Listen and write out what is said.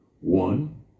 One